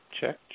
check